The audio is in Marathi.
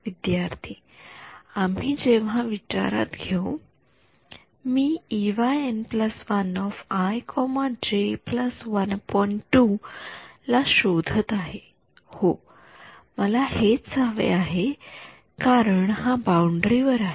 विद्यार्थी आम्ही जेव्हा विचारात घेऊ मी ला शोधत आहे हो मला हेच हवे आहे कारण हा बाउंडरी वर आहे